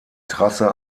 trasse